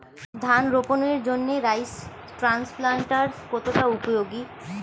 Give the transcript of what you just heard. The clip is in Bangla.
ধান রোপণের জন্য রাইস ট্রান্সপ্লান্টারস্ কতটা উপযোগী?